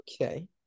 Okay